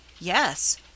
Yes